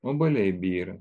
obuoliai byra